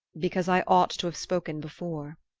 because i ought to have spoken before.